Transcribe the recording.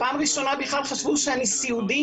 פעם ראשונה חשבו שאני סיעודית,